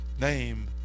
name